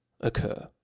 occur